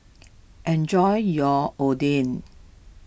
enjoy your Oden